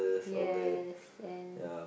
yes then